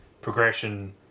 progression